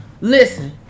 listen